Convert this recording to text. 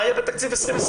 מה יהיה בתקציב 2020?